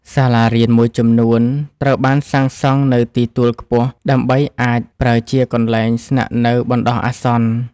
សាលារៀនមួយចំនួនត្រូវបានសាងសង់នៅទីទួលខ្ពស់ដើម្បីអាចប្រើជាកន្លែងស្នាក់នៅបណ្តោះអាសន្ន។